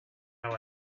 how